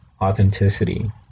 Authenticity